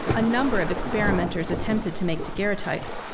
a number of experimenters attempted to make daguerreotypes,